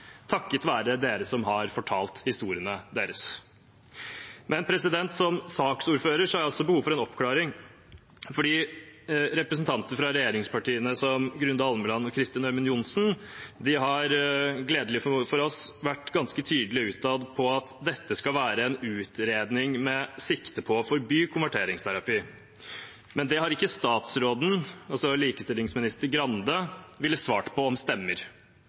takket være dere som har fortalt historiene deres. Som saksordfører har jeg også behov for en oppklaring. Representanter fra regjeringspartiene, som Grunde Almeland og Kristin Ørmen Johnsen, har – gledelig for oss – vært ganske tydelige utad på at dette skal være en utredning med sikte på å forby konverteringsterapi, men det har ikke statsråden, altså likestillingsminister Skei Grande, villet svare på om stemmer